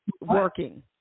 working